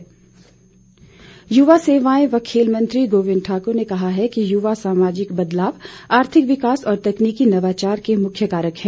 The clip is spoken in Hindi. गोबिंद ठाकर युवा सेवाएं व खेल मंत्री गोबिंद ठाकुर ने कहा है कि युवा सामाजिक बदलाव आर्थिक विकास और तकनीकी नवाचार के मुख्य कारक हैं